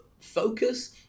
focus